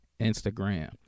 Instagram